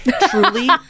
truly